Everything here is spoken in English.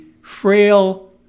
frail